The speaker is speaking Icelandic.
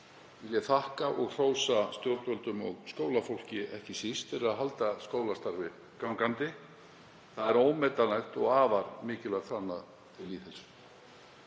Um leið þakka ég og hrósa stjórnvöldum og skólafólki, ekki síst, fyrir að halda skólastarfi gangandi. Það er ómetanlegt og afar mikilvægt framlag til lýðheilsu.